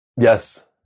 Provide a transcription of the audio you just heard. Yes